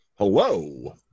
Hello